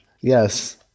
yes